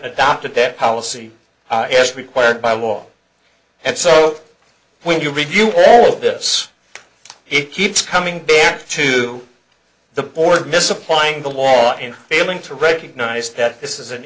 adopted that policy required by law and so when you review all this it keeps coming back to the board misapplying the law in failing to recognize that this is an